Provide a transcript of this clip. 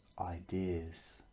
ideas